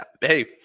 hey